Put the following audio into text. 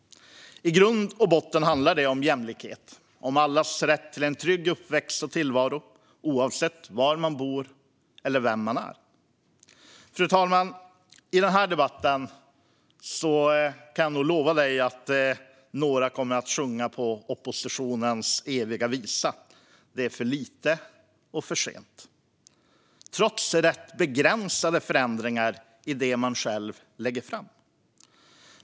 I grund och botten handlar det om jämlikhet, om allas rätt till en trygg uppväxt och tillvaro oavsett var man bor eller vem man är. Fru talman! Jag kan nog lova att i denna debatt kommer några att sjunga oppositionens eviga visa om att det är för lite och för sent, trots rätt begränsade förändringar i det man själv lägger fram.